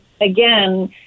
again